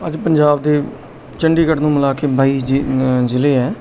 ਅੱਜ ਪੰਜਾਬ ਦੇ ਚੰਡੀਗੜ੍ਹ ਨੂੰ ਮਿਲਾ ਕੇ ਬਾਈ ਜ਼ਿ ਜ਼ਿਲ੍ਹੇ ਹੈ